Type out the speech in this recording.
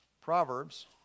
Proverbs